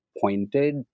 pointed